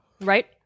Right